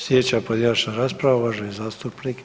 Slijedeća pojedinačna rasprava uvaženi zastupnik